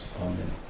Amen